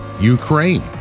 Ukraine